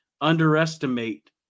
underestimate